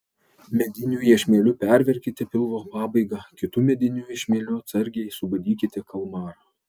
mediniu iešmeliu perverkite pilvo pabaigą kitu mediniu iešmeliu atsargiai subadykite kalmarą